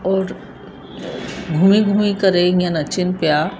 और घुमी घुमी करे ईअं नचन पिया